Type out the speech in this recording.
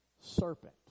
serpent